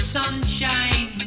sunshine